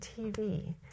TV